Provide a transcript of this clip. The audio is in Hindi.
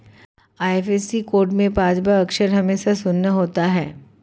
आई.एफ.एस.सी कोड में पांचवा अक्षर हमेशा शून्य होता है